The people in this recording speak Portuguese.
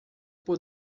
por